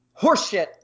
horseshit